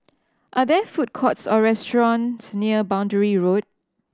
are there food courts or restaurants near Boundary Road